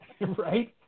right